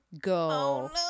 go